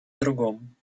другом